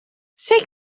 فکر